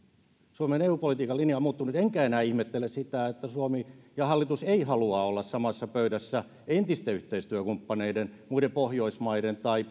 suomen eu politiikan linja on muuttunut enkä enää ihmettele sitä että suomi ja hallitus eivät halua olla samassa pöydässä entisten yhteistyökumppaneiden muiden pohjoismaiden tai